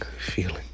feeling